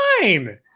fine